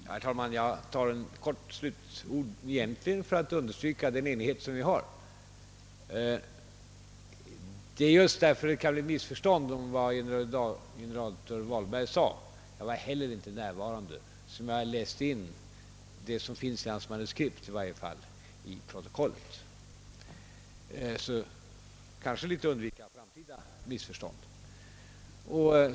Herr talman! Jag har egentligen begärt ordet ytterligare en gång endast för att i korthet understryka den enighet som råder mellan herr Hedlund och mig. Det var just därför att det kan uppstå missförstånd beträffande generaldirektör Vahlbergs uttalande — jag var inte heller närvarande vid hans föredrag — som jag i kammarens protokoll läste in i varje fall vad som stod i hans manuskript. Kanske kan det undanröja risken för framtida missförstånd.